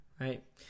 right